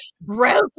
Broken